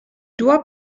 doit